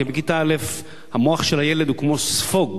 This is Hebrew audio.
כי בכיתה א' המוח של הילד הוא כמו ספוג.